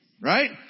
right